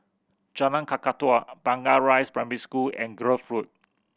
Jalan Kakatua Blangah Rise Primary School and Grove Road